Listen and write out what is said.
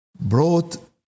brought